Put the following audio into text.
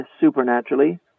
supernaturally